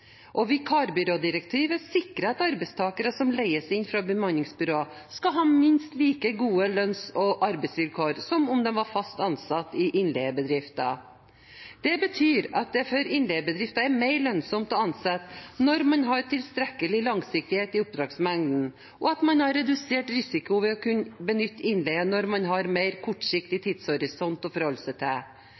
tidsavgrensede. Vikarbyrådirektivet sikrer at arbeidstakere som leies inn fra bemanningsbyråer, skal ha minst like gode lønns- og arbeidsvilkår som om de var fast ansatt i innleiebedriften. Det betyr at det for innleiebedriften er mer lønnsomt å ansette når man har tilstrekkelig langsiktighet i oppdragsmengde, og at man har redusert risiko ved å kunne benytte innleie når man har mer kortsiktig tidshorisont å forholde seg til.